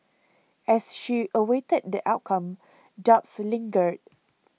as she awaited the outcome doubts lingered